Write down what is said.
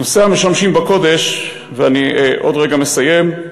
נושא המשמשים בקודש, ואני עוד רגע מסיים,